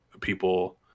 people